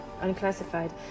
unclassified